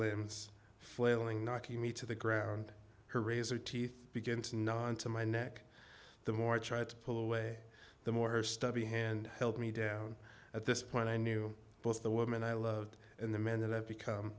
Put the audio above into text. limbs flailing knocking me to the ground her razor teeth begin to non to my neck the more i try to pull away the more stubby hand held me down at this point i knew both the woman i loved and the man that i've become